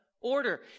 order